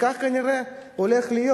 כך כנראה הולך להיות.